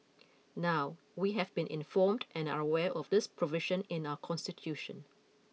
now we have been informed and are aware of this provision in our constitution